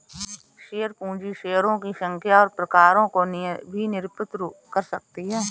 share पूंजी शेयरों की संख्या और प्रकारों को भी निरूपित कर सकती है